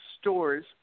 stores